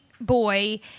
boy